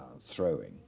throwing